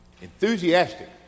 enthusiastic